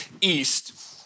east